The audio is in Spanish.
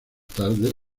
tarde